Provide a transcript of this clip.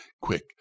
Quick